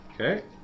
Okay